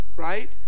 right